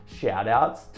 Shoutouts